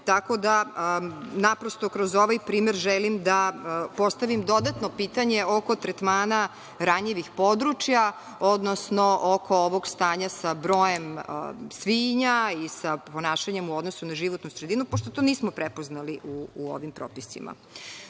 Tako da, naprosto, kroz ovaj primer želim da postavim dodatno pitanje oko tretmana ranjivih područja, odnosno oko ovog stanja sa brojem svinja i sa ponašanjem u odnosu na životnu sredinu, pošto to nismo prepoznali u ovim propisima. Ono